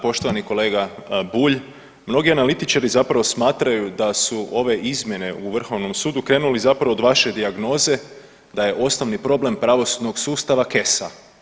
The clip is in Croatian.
Poštovani kolega Bulj, mnogi analitičari zapravo smatraju da su ove izmjene u Vrhovnom sudu krenule zapravo od vaše dijagnoze da je osnovni problem pravosudnog sustava Kesa.